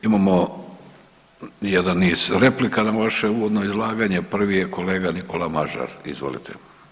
Imamo jedan niz replika na vaše uvodno izlaganje, prvi je kolega Nikola Mažar, izvolite.